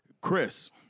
Chris